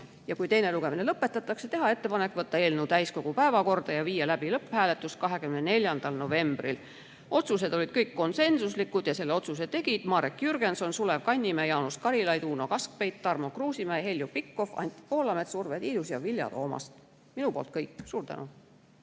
Kui teine lugemine lõpetatakse, teha ettepanek võtta eelnõu täiskogu päevakorda ja viia läbi lõpphääletus 24. novembril. Otsused olid kõik konsensuslikud ja selle otsuse tegid Marek Jürgenson, Sulev Kannimäe, Jaanus Karilaid, Uno Kaskpeit, Tarmo Kruusimäe, Heljo Pikhof, Anti Poolamets, Urve Tiidus ja Vilja Toomast. Minu poolt kõik. Suur tänu!